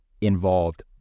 involved